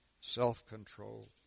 self-control